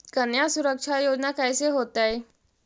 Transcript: कन्या सुरक्षा योजना कैसे होतै?